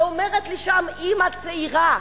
ואומרת לי שם אמא צעירה,